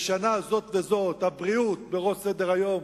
שבשנה זו וזו הבריאות בראש סדר-היום,